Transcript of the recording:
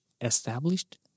established